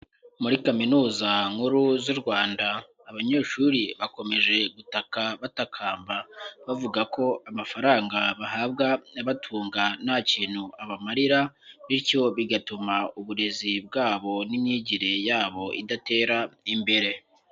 Muri Kaminuza nkuru z'u Rwanda abanyeshuri bakomeje gutaka batakamba bavuga ko amafaranga bahabwa abatunga nta kintu abamarira bityo bigatuma uburezi bwabo n'imyigire yabo idatera imbere.